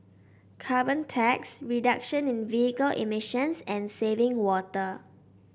carbon tax reduction in vehicle emissions and saving water